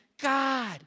God